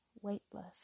weightless